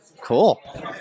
Cool